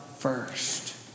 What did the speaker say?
First